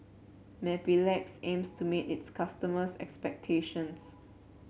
Mepilex aims to meet its customers' expectations